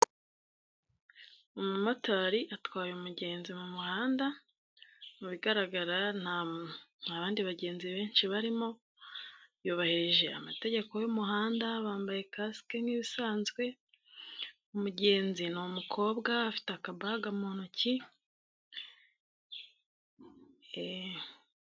Umumotari atwaye umugenzi mumuhanda, mubigaragara nta bandidi bagenzi benshi barimo yubahirije amategeko y'umuhanda, bambaye kasike nk'ibisanzwe umugenzi ni umukobwa afite akabaga mu ntoki.